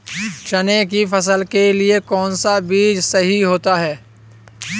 चने की फसल के लिए कौनसा बीज सही होता है?